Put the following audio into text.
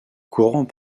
courant